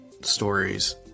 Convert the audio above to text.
stories